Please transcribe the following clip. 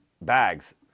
bags